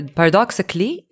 paradoxically